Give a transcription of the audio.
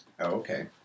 okay